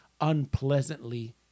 unpleasantly